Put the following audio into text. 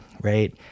right